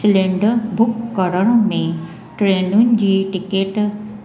cylinder book करण में ट्रेनियुनि जी टिकीट